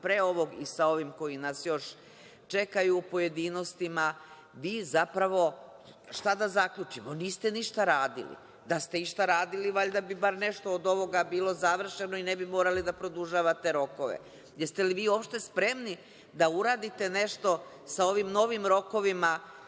pre ovog i sa ovim koji nas još čekaju u pojedinostima, vi zapravo, šta da zaključimo, niste ništa radili. Da ste išta radili, valjda bi bar nešto od ovoga bilo završeno i ne bi morali da produžavate rokove. Jeste li vi uopšte spremni da uradite nešto sa ovim novim rokovima